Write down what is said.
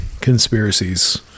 conspiracies